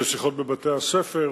שיחות בבתי-הספר.